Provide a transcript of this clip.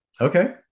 Okay